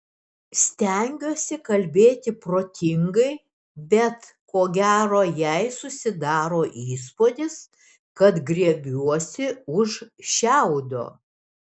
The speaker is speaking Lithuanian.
stengiuosi kalbėti protingai bet ko gero jai susidaro įspūdis kad griebiuosi už šiaudo